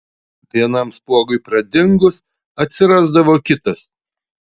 vienam spuogui pradingus atsirasdavo kitas